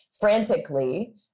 frantically